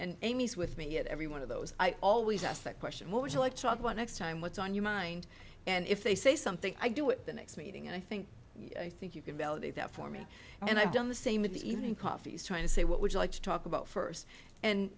and amy's with me at every one of those i always ask that question what would you like chalk one next time what's on your mind and if they say something i do it the next meeting and i think i think you can validate that for me and i've done the same in the evening coffees trying to say what would you like to talk about first and